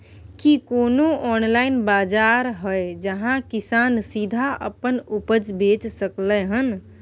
की कोनो ऑनलाइन बाजार हय जहां किसान सीधा अपन उपज बेच सकलय हन?